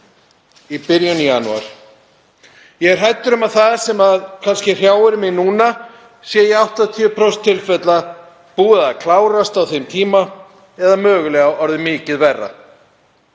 í byrjun janúar. Ég er hræddur um að það sem kannski hrjáir mig núna sé í 80% tilfella búið að klárast á þeim tíma eða mögulega orðið miklu verra.